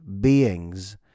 beings